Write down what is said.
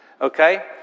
Okay